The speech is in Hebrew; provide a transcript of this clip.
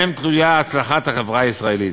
שבהם תלויה הצלחת החברה הישראלית.